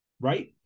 Right